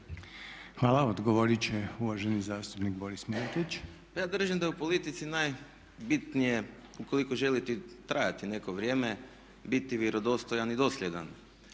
Hvala. Odgovorit će uvaženi zastupnik Boris Miletić. **Miletić, Boris (IDS)** Pa ja držim da je u politici najbitnije ukoliko želite trajati neko vrijeme biti vjerodostojan i dosljedan